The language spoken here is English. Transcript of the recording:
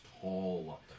tall